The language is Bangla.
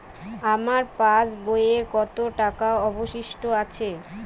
আমার পাশ বইয়ে কতো টাকা অবশিষ্ট আছে?